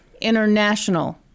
International